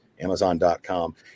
amazon.com